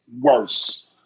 worse